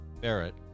Barrett